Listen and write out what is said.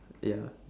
ya